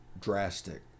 drastic